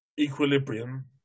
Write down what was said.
Equilibrium